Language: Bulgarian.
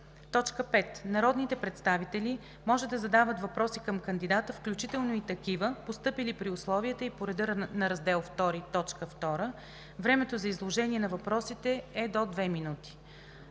5. Народните представители може да задават въпроси към кандидата, включително и такива, постъпили при условията и по реда на Раздел II, т. 2. Времето за изложение на въпросите е до 2 минути.